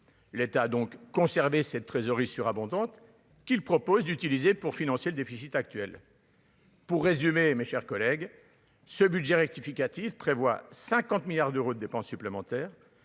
l'état donc conserver cette trésorerie surabondante qu'ils proposent d'utiliser pour financer le déficit actuel. Pour résumer, mes chers collègues, ce budget rectificatif prévoit 50 milliards d'euros de dépenses supplémentaires